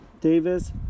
Davis